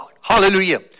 Hallelujah